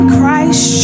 Christ